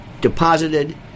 deposited